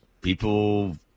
people